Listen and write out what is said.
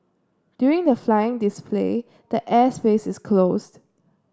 during the flying display the air space is closed